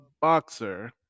boxer